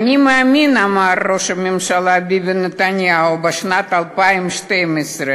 אמר ראש הממשלה ביבי נתניהו, בשנת 2012,